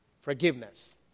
Forgiveness